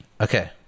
Okay